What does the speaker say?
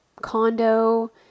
condo